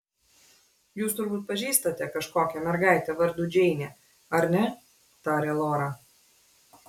jūs turbūt pažįstate kažkokią mergaitę vardu džeinė ar ne tarė lora